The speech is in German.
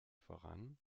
voran